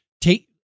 take